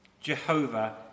Jehovah